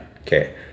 Okay